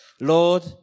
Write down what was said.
Lord